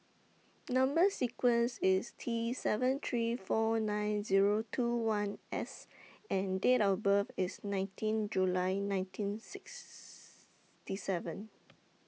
Number sequence IS T seven three four nine Zero two one S and Date of birth IS nineteen July nineteen sixty seven